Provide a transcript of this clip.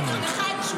אין לך תשובות.